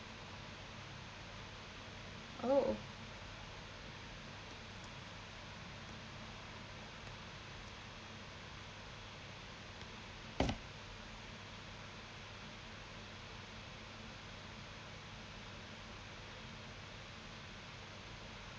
oh